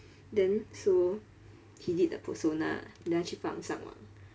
then so he did the persona then 去放上网